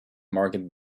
market